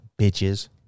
bitches